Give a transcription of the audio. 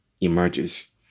emerges